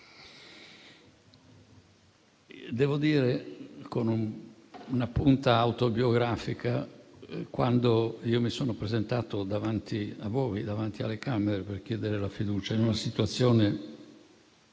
Devo dire con una punta autobiografica che, quando mi sono presentato davanti alle Camere per chiedere la fiducia, in una situazione